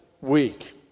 Week